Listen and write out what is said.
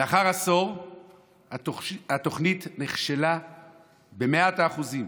לאחר עשור התוכנית נכשלה במאת האחוזים.